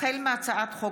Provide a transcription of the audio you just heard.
החל מהצעת חוק